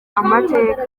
amateka